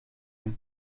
mehr